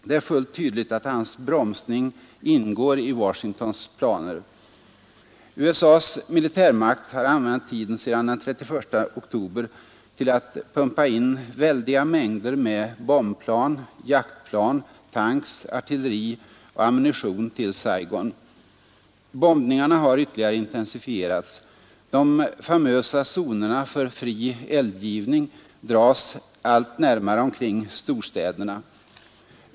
Det är fullt tydligt att hans bromsning ingår i Washingtons planer. USA:s militärmakt har använt tiden sedan den 31 oktober till att pumpa in väldiga mängder med bombplan, jaktplan, tanks, artilleri och ammunition till Saigon. Bombningarna har ytterligare intensifierats. De famösa zonerna för ”fri eldgivning” dras allt närmare omkring storstäderna.